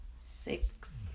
Six